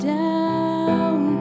down